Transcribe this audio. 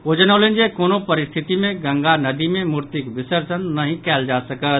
ओ जनौलनि जे कोनो परिस्थिति मे गंगा नदि मे मूर्तिक विसर्जन नहि कयल जा सकत